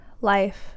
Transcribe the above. life